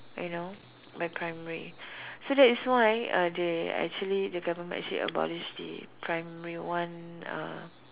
you know by primary so that is why uh they actually the government actually abolish the primary one uh